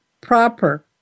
proper